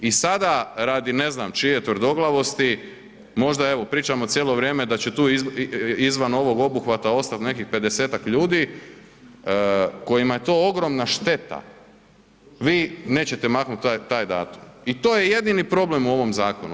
I sada radi, ne znam čije tvrdoglavosti, možda evo pričamo cijelo vrijeme da će tu izvan ovog obuhvata ostat nekih 50-ak ljudi kojima je to ogromna šteta, vi nećete maknuti taj datum i to je jedini problem u ovom zakonu.